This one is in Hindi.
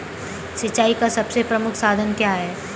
सिंचाई का सबसे प्रमुख साधन क्या है?